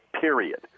period